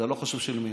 זה לא חשוב של מי.